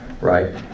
Right